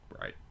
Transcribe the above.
Right